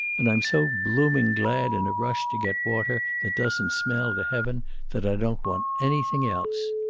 and i'm so blooming glad in a rush to get water that doesn't smell to heaven that i don't want anything else.